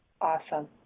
Awesome